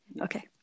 Okay